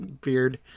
Beard